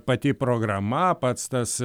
pati programa pats tas